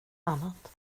annat